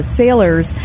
sailors